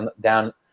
down